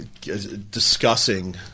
discussing –